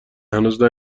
هنوز